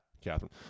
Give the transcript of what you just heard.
Catherine